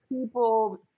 people